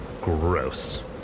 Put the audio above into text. gross